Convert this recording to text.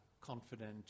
confident